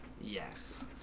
Yes